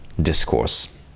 discourse